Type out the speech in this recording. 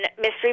Mystery